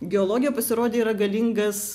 geologija pasirodė yra galingas